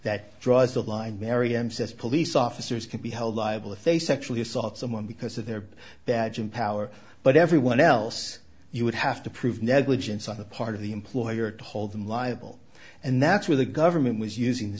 that draws the line merriam says police officers can be held liable if they sexually assault someone because of their badge and power but everyone else you would have to prove negligence on the part of the employer to hold them liable and that's where the government was using the